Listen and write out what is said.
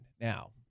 now